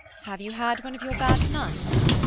have you had one of your bad nights?